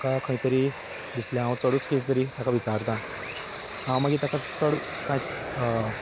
ताका खंय तरी दिसलें हांव चडूच कितें तरी ताका विचारता हांव मागीर ताका चड कांयच